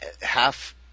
half